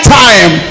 time